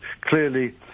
clearly